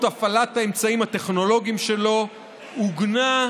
הפעלת האמצעים הטכנולוגיים שלו עוגנה,